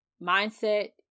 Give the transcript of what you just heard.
mindset